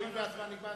הואיל והזמן נגמר,